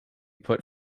put